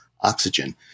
oxygen